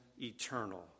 eternal